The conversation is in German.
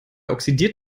oxidiert